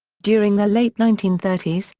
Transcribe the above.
during the late nineteen thirty s,